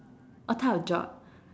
what type of job